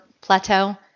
Plateau